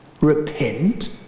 Repent